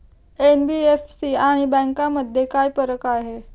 NBFC आणि बँकांमध्ये काय फरक आहे?